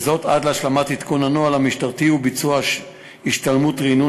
עד להשלמת עדכון הנוהל המשטרתי וביצוע השתלמות רענון